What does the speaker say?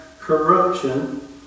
corruption